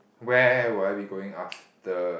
where would I be going after